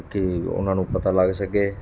ਤਾਂ ਕਿ ਉਨ੍ਹਾਂ ਨੂੰ ਪਤਾ ਲੱਗ ਸਕੇ